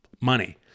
money